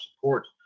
support